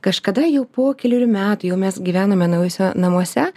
kažkada jau po kelerių metų jau mes gyvenome naujuose namuose